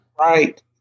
Right